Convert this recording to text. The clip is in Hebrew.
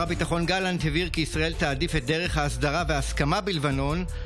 אני קובע כי הצעת חוק לתיקון סדרי הדין (חקירת עדים)